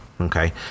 Okay